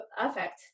affect